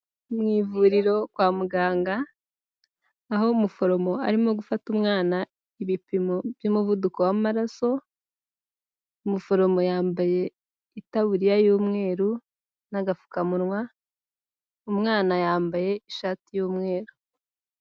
Mu ivuriro kwa muganga aho umuforomo arimo gufata umwana ibipimo by'umuvuduko w'amaraso, umuforomo yambaye itaburiya y'umweru n'agapfukamunwa, umwana yambaye ishati y'umweru.